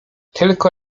tylko